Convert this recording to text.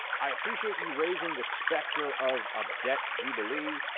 i appreciate you raising the specter of a debt jubilee.